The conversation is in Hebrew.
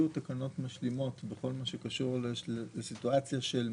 יהיו תקנות משלימות בכל מה שקשור לסיטואציה של משיכה,